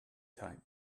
time